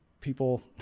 people